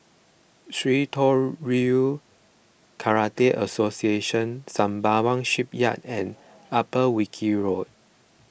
Shitoryu Karate Association Sembawang Shipyard and Upper Wilkie Road